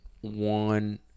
one